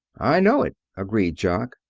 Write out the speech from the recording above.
i know it, agreed jock.